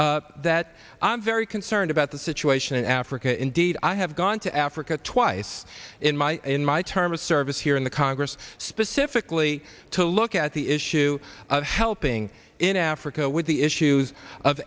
that i'm very concerned about the situation in africa indeed i have gone to africa twice in my in my term of service here in the congress specifically to look at the issue of helping in africa with the issues of